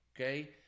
Okay